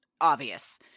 obvious